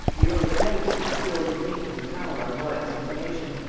the earl of devonshire was still detained in the tower on wyat's information,